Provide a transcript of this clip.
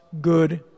good